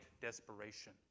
desperation